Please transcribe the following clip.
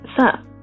sir